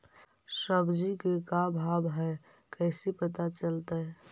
सब्जी के का भाव है कैसे पता चलतै?